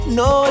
no